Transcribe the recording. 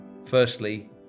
Firstly